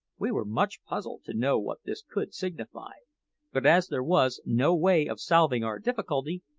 we were much puzzled to know what this could signify but as there was no way of solving our difficulty,